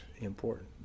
important